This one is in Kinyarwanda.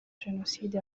jenoside